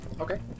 Okay